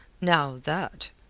now that,